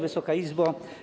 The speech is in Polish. Wysoka Izbo!